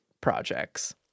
projects